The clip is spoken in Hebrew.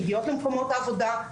מגיעות למקומות העבודות.